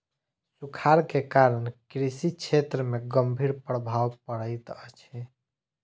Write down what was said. सूखाड़ के कारण कृषि क्षेत्र में गंभीर प्रभाव पड़ैत अछि